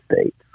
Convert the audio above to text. States